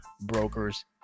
brokers